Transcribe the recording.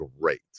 great